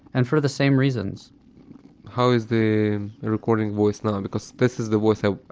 and for the same reasons how is the the recording voice now, because this is the voice i,